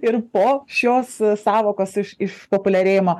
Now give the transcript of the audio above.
ir po šios sąvokos išpopuliarėjimo